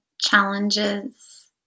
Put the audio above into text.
challenges